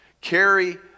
carry